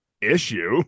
issue